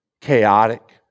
chaotic